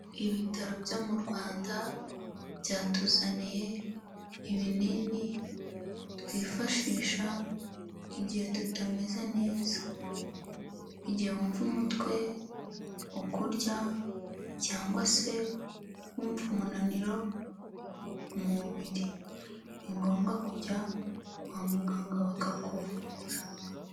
Ibitaro byo mu Rwanda byatuzaniye ibinini twifashisha igihe tutameze neza, igihe wumva umutwe ukurya cyangwa se wumva umunaniro mu mubiri, ni ngombwa kujya kwa muganga bakakuvura.